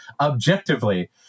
objectively